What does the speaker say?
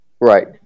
Right